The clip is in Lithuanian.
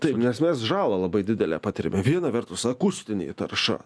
taip nes mes žalą labai didelę patiriame viena vertus akustinė tarša